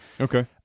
Okay